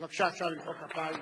בבקשה, אפשר למחוא כפיים.